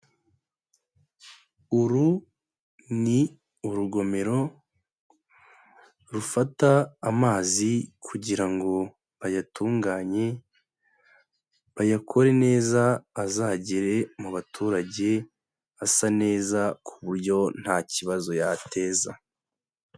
Uru ni urugomero rufata amazi kugira ngo bayatunganye, bayakore neza azagere mu baturage asa neza ku buryo nta kibazo yateza.